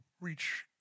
reach